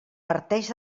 parteix